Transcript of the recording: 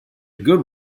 good